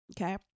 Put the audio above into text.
okay